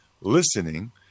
listening